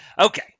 Okay